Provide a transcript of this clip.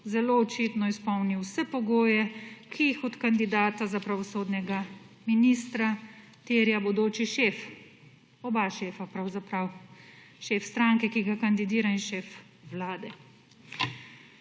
zelo očitno izpolnil vse pogoje, ki jih od kandidata za pravosodnega ministra terja bodoči šef, oba šefa pravzaprav, šef stranke, ki ga kandidira in šef Vlade.